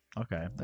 Okay